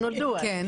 היה